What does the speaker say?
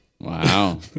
wow